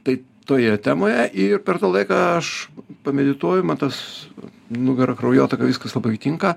tai toje temoje ir per tą laiką aš pamedituoju man tas nugara kraujotaka viskas labai tinka